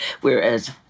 whereas